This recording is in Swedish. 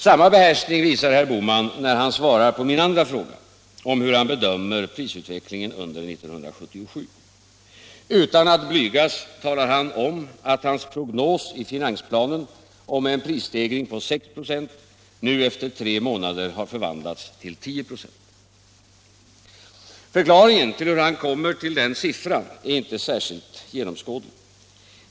Samma behärskning visar herr Bohman när han svarar på min andra fråga, om hur han bedömer prisutvecklingen under 1977. Utan att blygas säger herr Bohman att hans prognos i finansplanen om en prisstegring på 6 96 nu efter tre månader har förvandlats till 10 96. Förklaringen av hur han kommer till den siffran är inte särskilt genomskådlig.